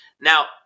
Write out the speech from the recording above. Now